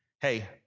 Hey